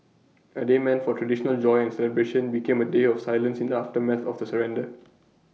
A day meant for traditional joy and celebration became A day of silence in the aftermath of the surrender